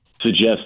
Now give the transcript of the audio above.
suggest